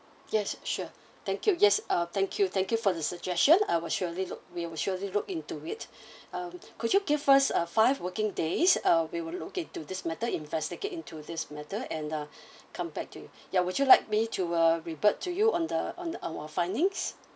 yes sure thank you yes uh thank you thank you for the suggestion I will surely look we will surely look into it um could you give us a five working days uh we will look into this matter investigate into this matter and uh come back to you ya would you like me to uh revert to you on the on the our findings